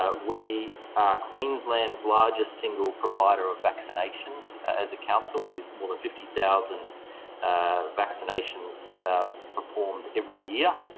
ah we are queensland's largest single provider of vaccinations as a council, with more than fifty thousand vaccinations performed every year.